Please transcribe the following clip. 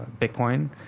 Bitcoin